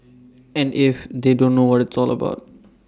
and if they don't know what tall about